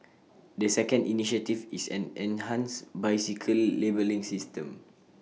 the second initiative is an enhanced bicycle labelling system